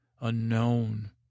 unknown